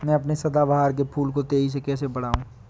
मैं अपने सदाबहार के फूल को तेजी से कैसे बढाऊं?